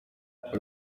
bari